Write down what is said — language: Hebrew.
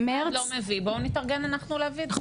אם המשרד לא מביא בואו נתארגן אנחנו להביא את זה.